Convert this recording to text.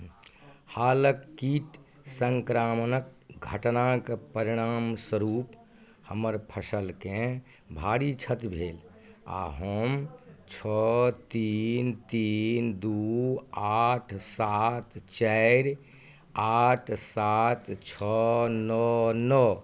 हालक कीट सँक्रामणक घटनाक परिणामस्वरूप हमर फसलकेँ भारी क्षति भेल आ हम छओ तीन तीन दू आठ सात चारि आठ सात छओ नओ नओ